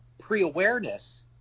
pre-awareness